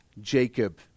Jacob